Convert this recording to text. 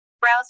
Browse